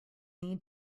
need